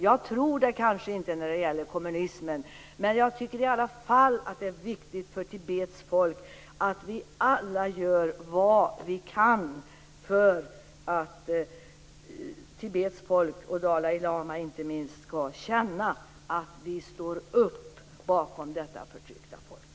Jag tror det kanske inte när det gäller kommunismen, men jag tycker i alla fall att det är viktigt för Tibets folk att vi alla gör vad vi kan för att Tibets folk, och inte minst Dalai lama, skall känna att vi står upp bakom detta förtryckta folk.